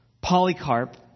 Polycarp